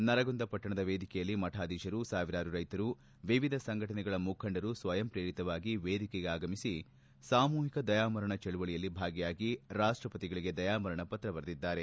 ನರಗುಂದ ಪಟ್ಟಣದ ವೇದಿಕೆಯಲ್ಲಿ ಮತಾಧೀಶರು ಸಾವಿರಾರು ರೈತರು ವಿವಿಧ ಸಂಘಟನೆಗಳ ಮುಖಂಡರು ಸ್ವಯಂ ಪ್ರೇರಿತವಾಗಿ ವೇದಿಕೆಗೆ ಆಗಮಿಸಿ ಸಾಮೂಹಿಕ ದಯಾಮರಣ ಚಳುವಳಯಲ್ಲಿ ಭಾಗಿಯಾಗಿ ರಾಷ್ಷಪತಿಗಳಗೆ ದಯಾಮರಣ ಪತ್ರ ಬರೆದಿದ್ದಾರೆ